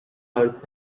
earth